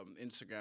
Instagram